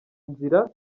nzira